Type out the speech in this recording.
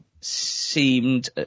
seemed